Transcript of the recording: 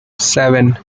seven